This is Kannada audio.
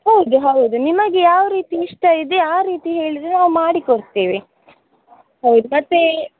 ಹೌದು ಹೌದು ನಿಮಗೆ ಯಾವ ರೀತಿ ಇಷ್ಟ ಇದೆ ಆ ರೀತಿ ಹೇಳಿದರೆ ನಾವು ಮಾಡಿಕೊಡ್ತೇವೆ ಹೌದು ಮತ್ತು